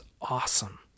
awesome